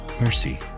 mercy